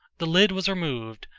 the lid was removed,